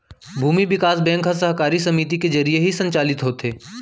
भूमि बिकास बेंक ह सहकारी समिति के जरिये ही संचालित होथे